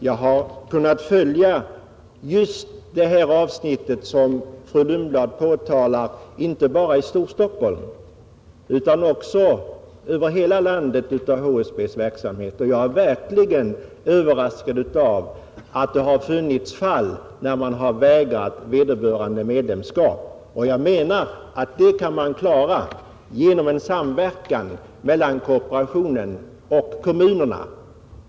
Jag har kunnat följa just det avsnitt av vad fru Lundblad påtalat, inte bara i Storstockholm, utan också i landet i övrigt, och jag är verkligen överraskad över att det har funnits fall där man har vägrat medlemskap. Det kan naturligtvis ha funnits skäl som i enstaka fall motiverat ett sådant beslut. En samverkan mellan kooperationen och kommunerna brukar i sådana fall förekomma.